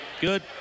Good